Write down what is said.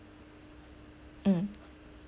mm